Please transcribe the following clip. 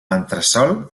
entresòl